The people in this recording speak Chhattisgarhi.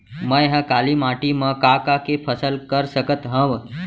मै ह काली माटी मा का का के फसल कर सकत हव?